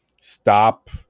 stop